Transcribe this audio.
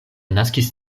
naskis